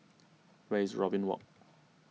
where is Robin Walk